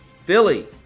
Philly